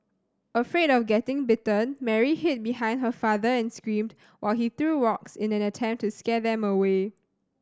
afraid of getting bitten Mary hid behind her father and screamed while he threw rocks in an attempt to scare them away